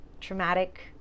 traumatic